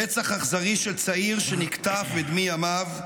רצח אכזרי של צעיר שנקטף בדמי ימיו,